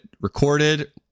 recorded